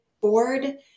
board